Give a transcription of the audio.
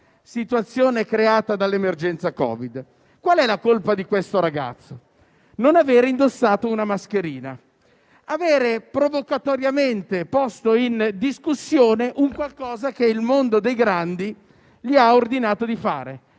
situazione creata dall'emergenza Covid. Qual è la colpa di questo ragazzo? Non aver indossato una mascherina e avere provocatoriamente posto in discussione qualcosa che il mondo dei grandi gli ha ordinato di fare.